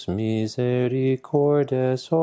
misericordes